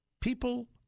people